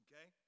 Okay